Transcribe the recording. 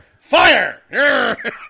Fire